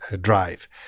drive